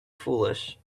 foolish